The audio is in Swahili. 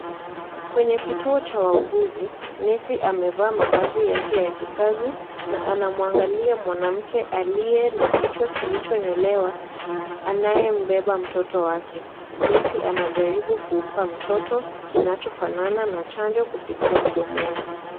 Kwenye kituo cha wauguzi, Nisi amevaa mavazi yake ya kikazi, na anamwangalia mwanamke aliye na kichwa kilicho nyolewa, anayembeba mtoto wake. Nisi anajaribu kumpa mtoto, kinachofanana na chanjo kupitia mdomoni.